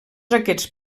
aquests